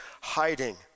hiding